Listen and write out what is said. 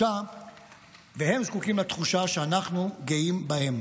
והם זקוקים לתחושה שאנחנו גאים בהם.